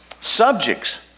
subjects